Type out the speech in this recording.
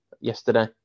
yesterday